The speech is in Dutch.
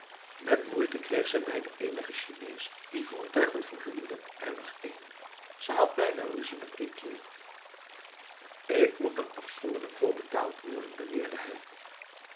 met moeite kreeg zij bij de enige chinees die voertuigen verhuurde er nog een zij had bijna ruzie met ketjil ik moet er afzonderlijk voor betaald worden beweerde hij